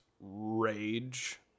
rage